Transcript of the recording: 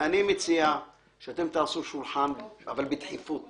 אני מציע שאתם תעשו שולחן, אבל בדחיפות,